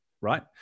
right